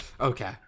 Okay